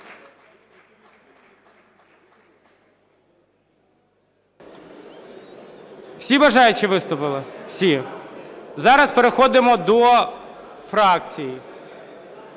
Всі бажаючі виступили? Всі. Зараз переходимо до фракцій.